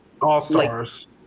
All-Stars